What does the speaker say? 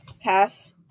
Pass